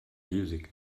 music